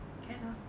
can ah